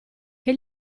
che